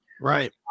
Right